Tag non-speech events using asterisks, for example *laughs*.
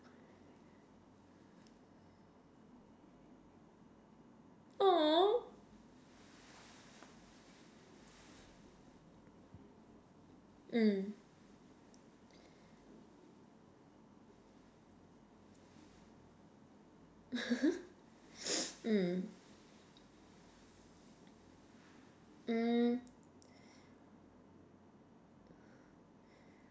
!aww! mm *laughs* mm mm